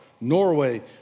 Norway